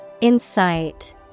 Insight